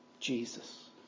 Jesus